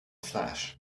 flash